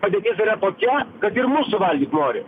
padėtis yra tokia kad ir mus suvalgyt nori